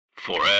Forever